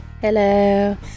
Hello